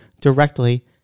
directly